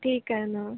ठीक आहे ना